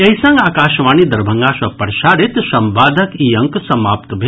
एहि संग आकाशवाणी दरभंगा सँ प्रसारित संवादक ई अंक समाप्त भेल